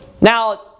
Now